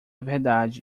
verdade